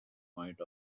point